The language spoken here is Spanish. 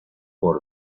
por